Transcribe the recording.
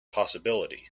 possibility